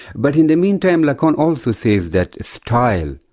but in the meantime lacan also says that style.